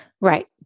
Right